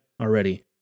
already